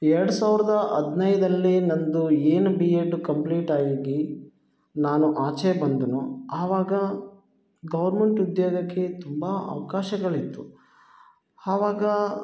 ಎರಡು ಸಾವಿರದ ಹದಿನೈದರಲ್ಲಿ ನನ್ನದು ಏನು ಬಿ ಎಡ್ ಕಂಪ್ಲೀಟ್ ಆಗಿ ನಾನು ಆಚೆ ಬಂದೆನೋ ಆವಾಗ ಗೌರ್ಮೆಂಟ್ ಉದ್ಯೋಗಕ್ಕೆ ತುಂಬ ಅವಕಾಶಗಳಿತ್ತು ಆವಾಗ